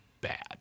bad